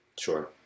Sure